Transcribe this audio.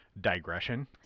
Digression